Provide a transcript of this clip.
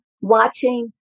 watching